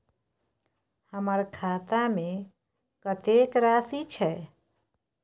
हमर खाता में कतेक राशि छै?